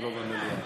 ולא במליאה.